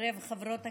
חברי וחברות הכנסת,